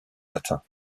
latins